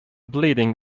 bleeding